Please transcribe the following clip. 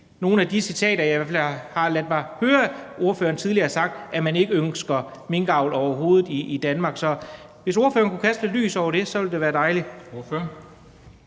nogle af de citater, som jeg i hvert fald har ladet mig fortælle at ordføreren tidligere har haft, om, at man ikke ønsker minkavl overhovedet i Danmark. Så hvis ordføreren kunne kaste lidt lys over det, ville det være dejligt.